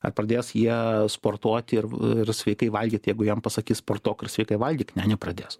ar pradės jie sportuoti ir ir sveikai valgyt jeigu jiem pasakys sportuok ir sveikai valgyk ne nepradės